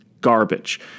garbage